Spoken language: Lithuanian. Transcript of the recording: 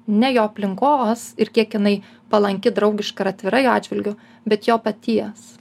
ne jo aplinkos ir kiek jinai palanki draugiška ar atvira jo atžvilgiu bet jo paties